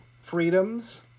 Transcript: freedoms